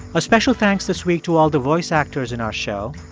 a special thanks this week to all the voice actors in our show,